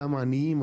אותם עניים,